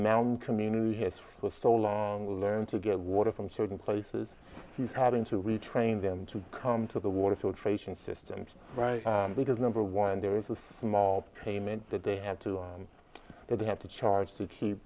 mountain community has for so long learned to get water from certain places he's having to retrain them to come to the water filtration systems right because number one there is a small payment that they have to that they have to charge to